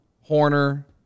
Horner